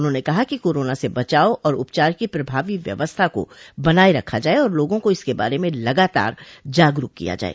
उन्होंने कहा कि कोरोना से बचाव और उपचार की प्रभावी व्यवस्था को बनाये रखा जाये और लोगों को इसके बारे में लगातार जागरूक किया जाये